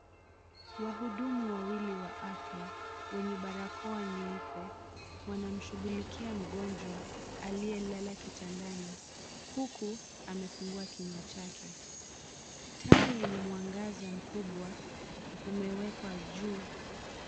Wahudumu wawili wa afya wenye barakoa nyeupe wanamshugulikia mgonjwa aliyelala kitandani huku amefungua kinywa chake. Taa yenye mwangaza mkubwa umewekwa juu.